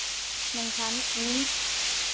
ᱢᱮᱱᱠᱷᱟᱱ ᱤᱧ